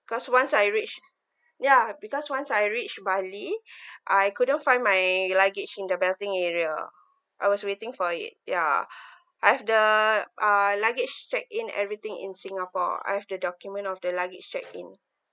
cause once I reached ya because once I reached bali I couldn't find my luggage in the betting area I was waiting for it ya I have the uh luggage check in everything in singapore I've the document of the luggage check in